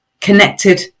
connected